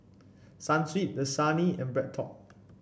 Sunsweet Dasani and BreadTalk